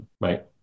right